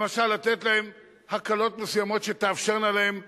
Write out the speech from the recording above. למשל לתת להם הקלות מסוימות שתאפשרנה להם להגיע,